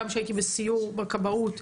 גם כשהייתי בסיור בכבאות,